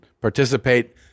participate